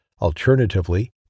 Alternatively